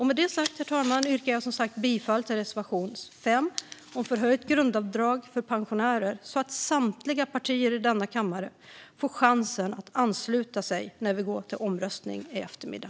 Med det sagt, herr talman, yrkar jag bifall till reservation 5 om förhöjt grundavdrag för pensionärer så att samtliga partier i denna kammare får chansen att ansluta sig när vi går till omröstning i eftermiddag.